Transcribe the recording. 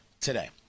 today